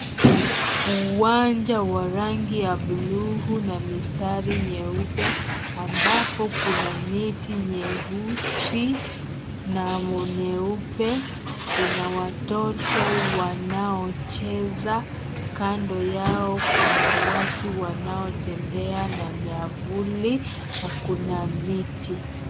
Uwanja wa rangi ya blue , na mistari nyeupe, ambapo kuna neti nyeusi, na nyeupe, kuna watoto wanaocheza, kando yao kuna watu wanaotembea na miavuli, na kuna miti.